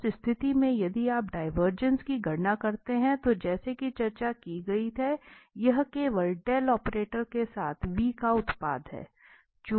तो उस स्थिति में यदि आप डिवरजेंस की गणना करते हैं तो जैसा कि चर्चा की गई है यह केवल इस ऑपरेटर के साथ का उत्पाद है